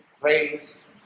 praise